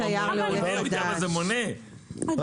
הוא יודע מה זה מונה במונית?